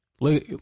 Look